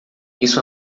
isso